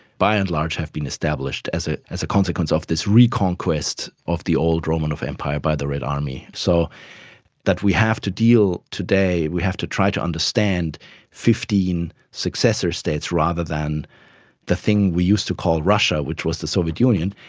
by and large have been established as ah as a consequence of this reconquest of the old romanov empire by the red army. so that we have to deal today, we have to try to understand fifteen successor states rather than the thing we used to call russia, which was the soviet union,